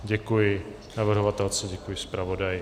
Děkuji navrhovatelce, děkuji zpravodaji.